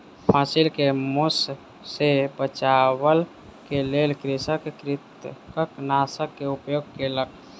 फसिल के मूस सॅ बचाबअ के लेल कृषक कृंतकनाशक के उपयोग केलक